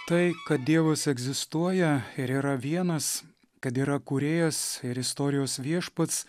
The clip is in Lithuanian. tai kad dievas egzistuoja ir yra vienas kad yra kūrėjas ir istorijos viešpats